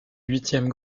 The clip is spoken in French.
huitième